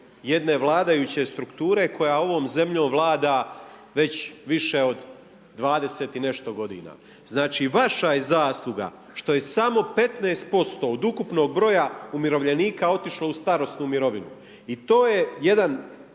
jedne vladajuće strukture koja ovom zemljom vlada već više od 20 i nešto godina. Znači vaša je zasluga što je samo 15% od ukupnog broja umirovljenika otišlo u starosnu mirovinu i to je jedan